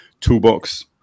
toolbox